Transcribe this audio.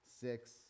six